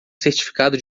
certificado